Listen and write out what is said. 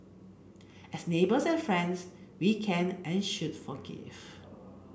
as neighbours and friends we can and should forgive